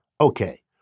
Okay